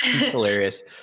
hilarious